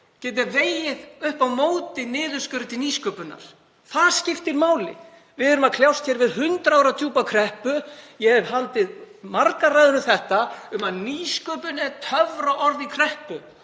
geti vegið upp á móti niðurskurði til nýsköpunar. Það skiptir máli. Við erum að kljást við 100 ára djúpa kreppu. Ég hef haldið margar ræður um þetta, um að nýsköpun sé töfraorð í kreppu